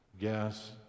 gas